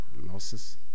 losses